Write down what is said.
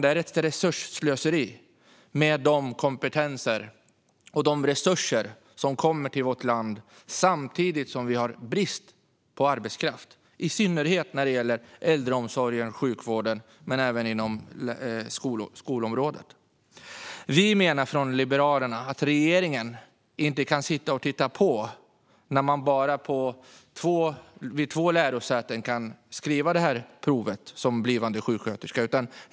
Detta är ett slöseri med de kompetenser och resurser som kommer till vårt land samtidigt som det råder brist på arbetskraft i synnerhet inom äldreomsorgen, sjukvården och skolan. Vi liberaler menar att regeringen inte kan titta på när det för en blivande sjuksköterska bara är möjligt att skriva provet vid två lärosäten.